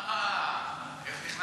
אה, איך נכנסתי.